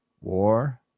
war